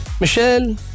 Michelle